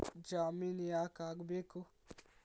ಜಾಮಿನ್ ಯಾಕ್ ಆಗ್ಬೇಕು?